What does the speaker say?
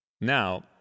Now